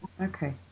Okay